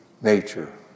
nature